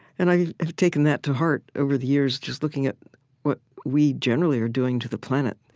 and i've taken that to heart, over the years, just looking at what we generally are doing to the planet.